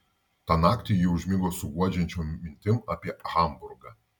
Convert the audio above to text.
tą naktį ji užmigo su guodžiančiom mintim apie hamburgą